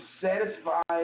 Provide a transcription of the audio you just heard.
satisfied